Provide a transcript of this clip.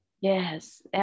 Yes